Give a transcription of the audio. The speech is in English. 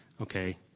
okay